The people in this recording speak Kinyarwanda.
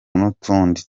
n’utundi